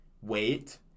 Wait